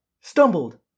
stumbled